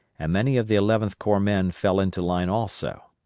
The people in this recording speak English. and many of the eleventh corps men fell into line also.